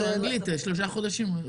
למדו אותו אנגלית שלושה חודשים.